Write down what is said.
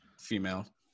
female